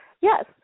Yes